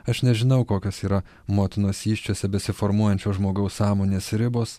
aš nežinau kokios yra motinos įsčiose besiformuojančio žmogaus sąmonės ribos